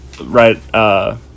right